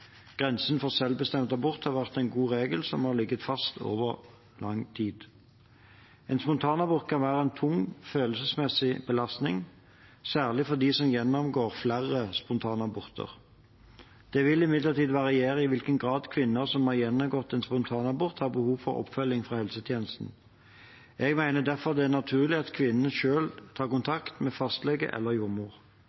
Grensen for selvbestemt abort har vært en god regel som har ligget fast over lang tid. En spontanabort kan være en tung følelsesmessig belastning, særlig for dem som gjennomgår flere spontanaborter. Det vil imidlertid variere i hvilken grad kvinner som har gjennomgått en spontanabort, har behov for oppfølging fra helsetjenesten. Jeg mener derfor det er naturlig at kvinnen selv tar